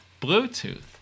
bluetooth